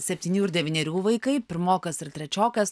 septynių ir devynerių vaikai pirmokas ir trečiokas